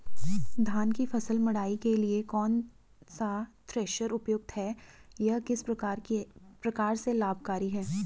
धान की फसल मड़ाई के लिए कौन सा थ्रेशर उपयुक्त है यह किस प्रकार से लाभकारी है?